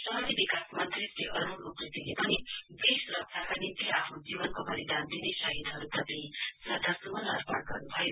शहरी विकास मन्त्री श्री अरुण उप्रेतीले पनि देश रक्षाका निम्ति आफ्नो जीवनको बलिदान दिने शहीदहरुप्रति श्रध्यसुमन अपर्ण गर्नुभयो